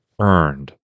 earned